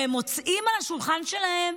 והם מוצאים על השולחן שלהם